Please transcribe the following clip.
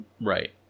Right